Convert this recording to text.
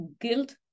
guilt